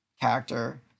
character